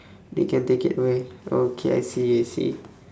they can take it away okay I see I see